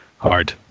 Hard